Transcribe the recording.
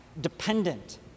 dependent